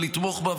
לתמוך בה.